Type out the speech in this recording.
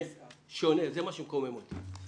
זה מה שמקומם אותי.